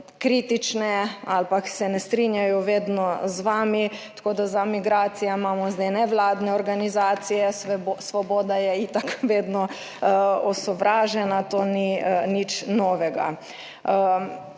kritične ali pa se ne strinjajo vedno z vami, tako da za migracije imamo zdaj nevladne organizacije, Svoboda je itak vedno osovražena, to ni nič novega.